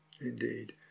indeed